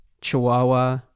Chihuahua